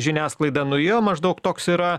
žiniasklaidą nuiejo maždaug toks yra